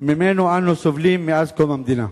שממנו אנו סובלים מאז קום המדינה.